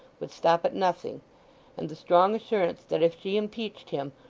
would stop at nothing and the strong assurance that if she impeached him,